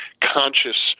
conscious